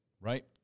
Right